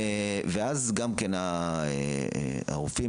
ואז הרופאים,